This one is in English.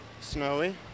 Snowy